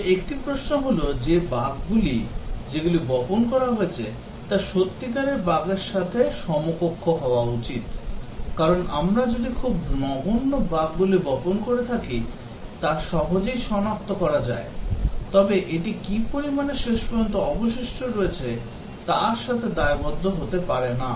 তবে একটি প্রশ্ন হল যে বাগগুলি যেগুলো বপন করা হয়েছে তা সত্যিকারের বাগের সাথে সমকক্ষ হওয়া উচিত কারণ আমরা যদি খুব নগণ্য বাগগুলি বপন করে থাকি তা সহজেই সনাক্ত করা যায় তবে এটি কী পরিমাণে শেষ পর্যন্ত অবশিষ্ট রয়েছে তার সাথে দায়বদ্ধ হতে পারে না